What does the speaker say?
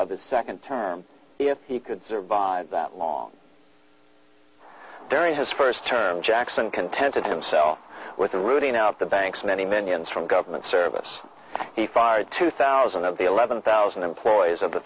of his second term if he could survive that long during his first term jackson contented himself with the routing out the banks many many and from government service he fired two thousand of the eleven thousand employees of the